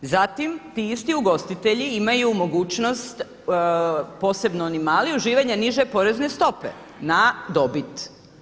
Zatim, ti isti ugostitelji imaju mogućnost posebno oni mali uživanje niže porezne stope na dobit.